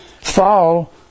fall